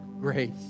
grace